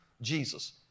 Jesus